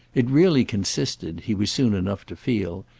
it really consisted, he was soon enough to feel,